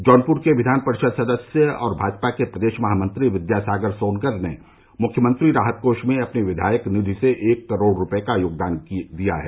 जौनपुर के विधान परिषद सदस्य और भाजपा के प्रदेश महामंत्री विद्यासागर सोनकर ने मुख्यमंत्री राहत कोष में अपनी विधायक निधि से एक करोड़ रूपये का योगदान दिया है